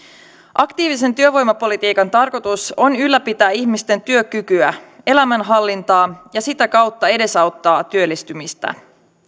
aktiivisen työvoimapolitiikan tarkoitus on ylläpitää ihmisten työkykyä ja elämänhallintaa ja sitä kautta edesauttaa työllistymistä